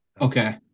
Okay